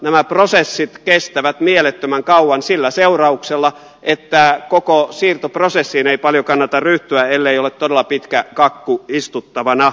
nämä prosessit kestävät mielettömän kauan sillä seurauksella että koko siirtoprosessiin ei paljon kannata ryhtyä ellei ole todella pitkä kakku istuttavana